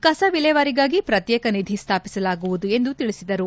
ಕಸ ವಿಲೇವಾರಿಗಾಗಿ ಪ್ರತ್ಯೇಕ ನಿಧಿ ಸ್ಥಾಪಿಸಲಾಗುವುದು ಎಂದು ತಿಳಿಸಿದರು